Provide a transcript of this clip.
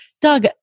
Doug